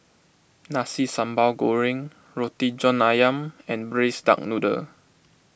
Nasi Sambal Goreng Roti John Ayam and Braised Duck Noodle